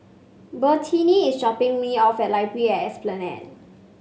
Bertina is dropping me off at Library at Esplanade